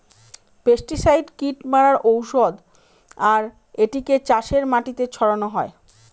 pesticide কীট মারার ঔষধ আর এটিকে চাষের মাটিতে ছড়ানো হয়